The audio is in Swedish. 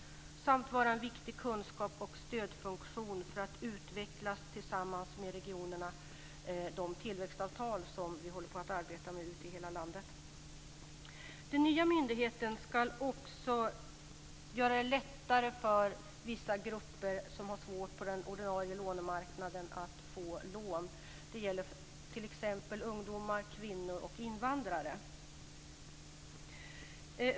Den ska också vara en viktig kunskaps och stödfunktion för att tillsammans med regionerna utveckla de tillväxtavtal som vi arbetar med ute i hela landet. Den nya myndigheten ska också göra det lättare för vissa grupper som har det svårt på den ordinarie lånemarknaden att få lån. Det gäller t.ex. ungdomar, kvinnor och invandrare.